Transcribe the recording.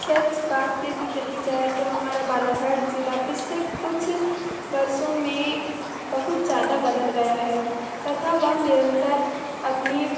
सच बात यदि कही जाए तो हमारा बालाघाट जिला पिछले कुछ वर्षों में बहुत ज़्यादा बदल गया है तथा वह निरंतर अपनी